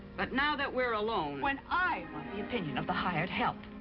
but now that we're alone. when i want the opinion of the hired help,